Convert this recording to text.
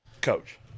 Coach